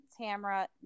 Tamara